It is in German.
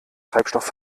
treibstoff